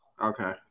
Okay